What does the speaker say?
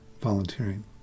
volunteering